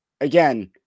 again